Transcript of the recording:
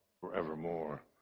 forevermore